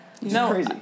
no